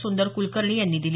सुंदर कुलकर्णी यांनी दिली